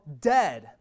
dead